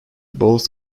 both